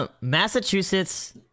Massachusetts